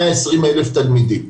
120,000 תלמידים.